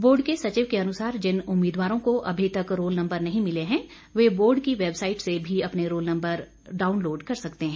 board के सचिव के अनुसार जिन उम्मीदवारों को अभी तक रोल नम्बर नहीं मिले हैं वे बोर्ड की वेबसाइट से भी अपने रोल नम्बर डाउनलोड कर सकते हैं